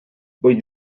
vull